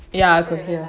ya I could hear